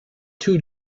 two